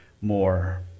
more